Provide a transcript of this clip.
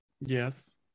Yes